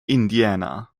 indiana